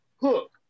hook